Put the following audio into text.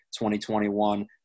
2021